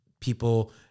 people